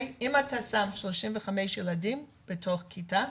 אם אתה שם 35 ילדים בתוך כיתה,